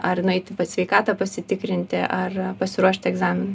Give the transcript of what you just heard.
ar nueiti pas sveikatą pasitikrinti ar pasiruošti egzaminui